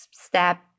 step